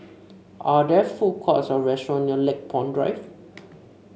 are there food courts or restaurants near Lakepoint Drive